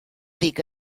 dic